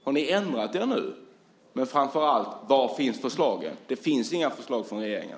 Har ni ändrat er nu? Men framför allt: Var finns förslagen? Det finns inga förslag från regeringen.